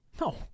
No